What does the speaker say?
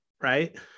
right